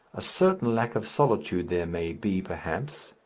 a certain lack of solitude there may be perhaps,